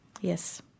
Yes